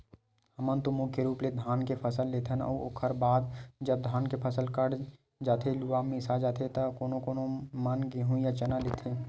हमन तो मुख्य रुप ले धान के फसल लेथन अउ ओखर बाद जब धान के फसल कट जाथे लुवा मिसा जाथे त कोनो कोनो मन गेंहू या चना लेथे